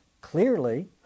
Clearly